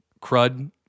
crud